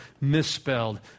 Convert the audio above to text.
misspelled